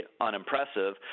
unimpressive